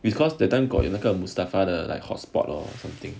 because that time got 那个 mustafa 的 like hotspot or something